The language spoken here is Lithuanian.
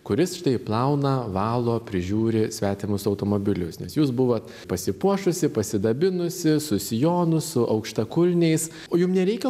kuris štai plauna valo prižiūri svetimus automobilius nes jūs buvot pasipuošusi pasidabinusi su sijonu su aukštakulniais o jum nereikia